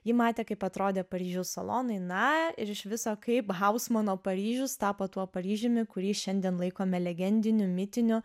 ji matė kaip atrodė paryžiaus salonai na ir iš viso kaip hausmano paryžius tapo tuo paryžiumi kurį šiandien laikome legendiniu mitiniu